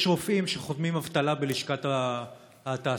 רופאים שחותמים אבטלה בלשכת התעסוקה.